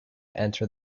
enter